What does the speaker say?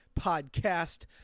Podcast